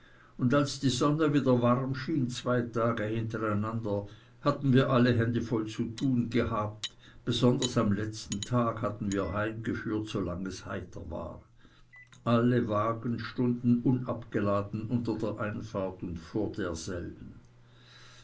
und als die sonne wieder warm schien zwei tage hintereinander halten wir alle hände voll zu tun gehabt und am letzten tage heimgeführt so lange es heiter war alle wagen stunden unabgeladen unter der einfahrt und vor derselben